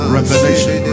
Revelation